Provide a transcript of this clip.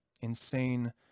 insane